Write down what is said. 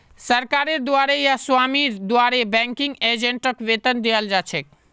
सरकारेर द्वारे या स्वामीर द्वारे बैंकिंग एजेंटक वेतन दियाल जा छेक